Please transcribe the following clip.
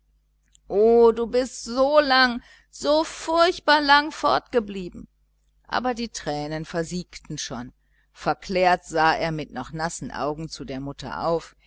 o du bist so lang so furchtbar lang fort geblieben sagte er aber die tränen versiegten schon verklärt sah er mit noch nassen augen zu ihr auf